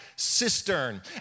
cistern